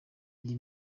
iyi